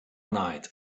night